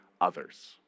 others